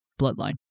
bloodline